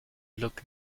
look